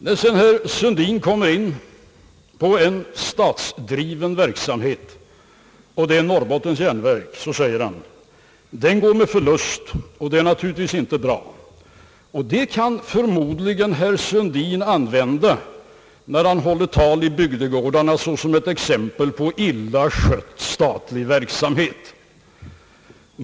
När sedan herr Sundin kommer in på en statsdriven verksamhet, nämligen Norrbottens järnverk, säger han: Den går med förlust och det är naturligtvis inte bra. Det talet kan herr Sundin förmodligen använda i bygdegårdarna såsom ett exempel på illa skött statlig verksamhet.